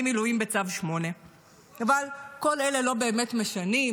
מילואים בצו 8. אבל כל אלה לא באמת משנים,